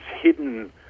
hidden